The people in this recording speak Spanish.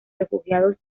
refugiados